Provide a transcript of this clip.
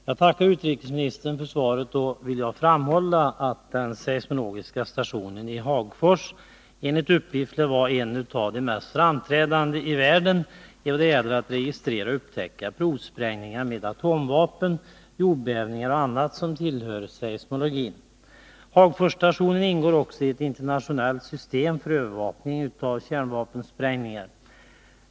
Jag tackar utrikesministern för svaret, och jag vill framhålla att den seismologiska stationen i Hagfors enligt uppgift lär vara en av de mest framstående i världen när det gäller att registrera och upptäcka provsprängningar med atomvapen, jordbävningar och annat som tillhör seismologin. Hagforsstationen ingår också i ett internationellt system för övervakning av kärnvapensprängning.